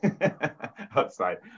outside